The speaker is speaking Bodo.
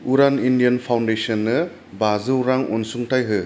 उडान इन्डियान फाउन्डेसननो बाजौ रां अनसुंथाइ हो